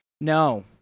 No